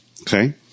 okay